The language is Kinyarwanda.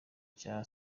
cya